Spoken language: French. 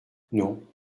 non